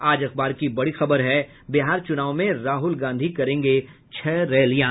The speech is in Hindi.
आज अखबार की बड़ी खबर है बिहार चुनाव में राहूल गांधी करेंगे छह रैलियां